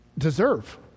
deserve